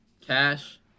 Cash